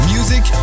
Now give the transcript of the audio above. Music